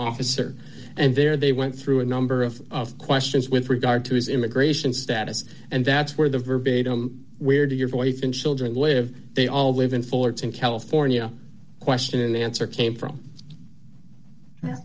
officer and there they went through a number of questions with regard to his immigration status and that's where the verbatim where do your voice in children live they all live in fullerton california question and answer